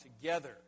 together